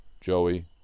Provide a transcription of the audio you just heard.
Joey